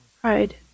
pride